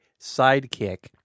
sidekick